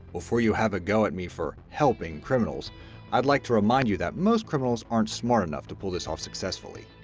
before you have a go at me for helping criminals i'd like to remind you that most criminals aren't smart enough to pull this off successfully.